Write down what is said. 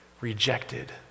rejected